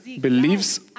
believes